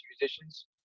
musicians